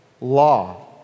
law